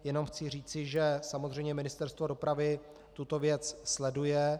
Jenom chci říci, že samozřejmě Ministerstvo dopravy tuto věc sleduje.